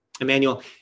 Emmanuel